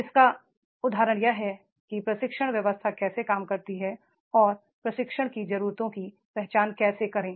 इसका उदाहरण यह है कि प्रशिक्षण व्यवस्था कैसे काम करती है और प्रशिक्षणकी जरूरतों की पहचान कैसे करें